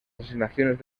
asignaciones